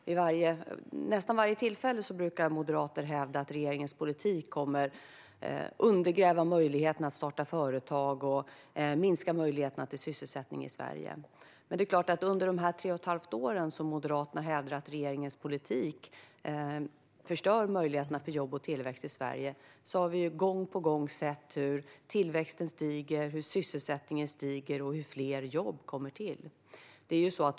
Vid nästan varje tillfälle brukar dessa moderater hävda att regeringens politik kommer att undergräva möjligheterna att starta företag och minska möjligheterna till sysselsättning i Sverige. Under de tre och ett halvt år som Moderaterna har hävdat att regeringens politik förstör möjligheterna till jobb och tillväxt i Sverige har vi gång på gång sett hur tillväxten och sysselsättningen stiger och hur fler jobb kommer till.